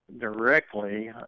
directly